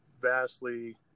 vastly